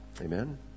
Amen